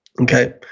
Okay